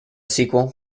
sequel